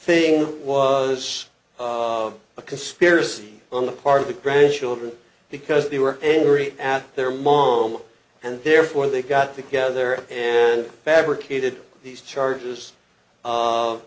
thing was a conspiracy on the part of the grandchildren because they were angry at their mom and therefore they got together fabricated these charges